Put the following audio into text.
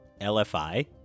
LFI